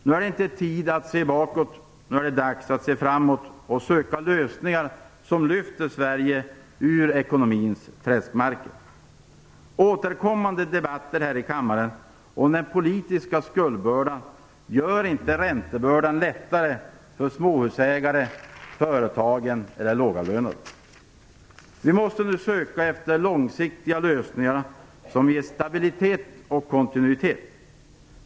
Nu är det inte tid att se bakåt. Nu är det dags att se framåt och söka lösningar som lyfter Sverige ur ekonomins träskmarker. Återkommande debatter här i kammaren om den politiska skuldbördan gör inte räntebördan lättare för småhusägare, företag eller lågavlönade. Vi måste nu söka efter långsiktiga lösningar som ger stabilitet och kontinuitet.